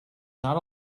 not